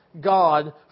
God